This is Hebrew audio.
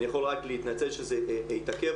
אני יכול רק להתנצל שזה התעכב.